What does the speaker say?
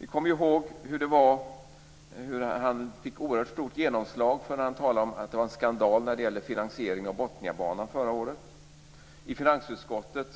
Vi kommer ihåg det oerhört stora genomslag han fick när han talade om skandal när det gällde finansieringen av Botniabanan förra året. I finansutskottet